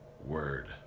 word